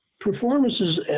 performances